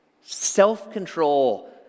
self-control